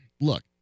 Look